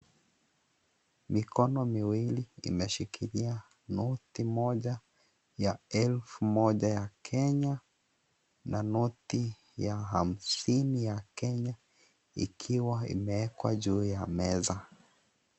Mikono miwili imeshikilia noti moja ya shilingi elfu moja ya Kenya na noti hamsini ya Kenya ikiwa imewekwa juu ya meza.